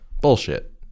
Bullshit